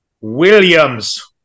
Williams